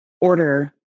order